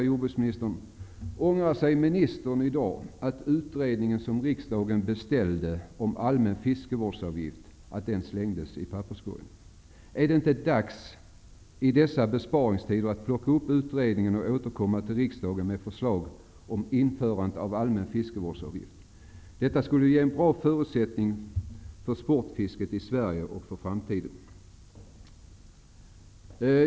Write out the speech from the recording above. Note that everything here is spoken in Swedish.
Jordbruksministern: Ångrar ministern i dag att utredningen som riksdagen beställde om allmän fiskevårdsavgift slängdes i papperskorgen? Är det inte dags i dessa besparingstider att plocka upp utredningen och återkomma till riksdagen med förslag om införande av en allmän fiskevårdsavgift? Detta skulle ge bra förutsättningar för sportfisket i Sverige för framtiden.